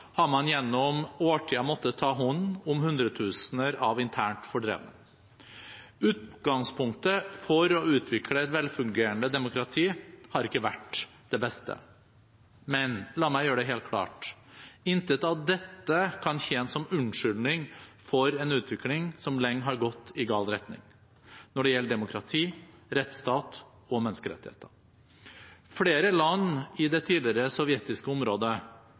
har man gjennom årtier måttet ta hånd om hundretusener av internt fordrevne. Utgangspunktet for å utvikle et velfungerende demokrati har ikke vært det beste. Men la meg gjøre det helt klart: Intet av dette kan tjene som unnskyldning for en utvikling som lenge har gått i gal retning når det gjelder demokrati, rettsstat og menneskerettigheter. Flere land i det tidligere sovjetiske området